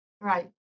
right